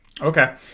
okay